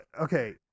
okay